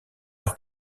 leur